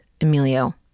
Emilio